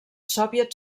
soviet